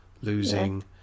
losing